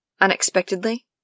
Unexpectedly